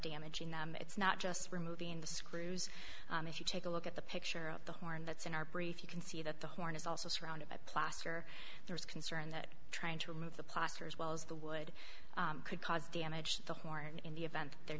damaging them it's not just removing the screws if you take a look at the picture of the horn that's in our brief you can see that the horn is also surrounded by plaster there's concern that trying to remove the plaster as well as the wood could cause damage the horn in the event there